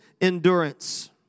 endurance